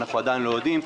אנחנו עדיין לא יודעים,